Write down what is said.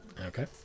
Okay